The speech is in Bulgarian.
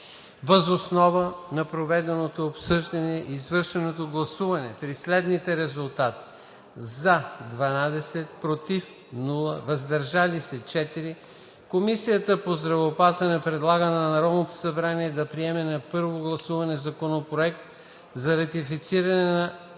Въз основа на проведеното обсъждане и извършеното гласуване при следните резултати „за“ 12, без „против”, „въздържали се“ – 4, Комисията по здравеопазването предлага на Народното събрание да приеме на първо гласуване Законопроект за ратифициране на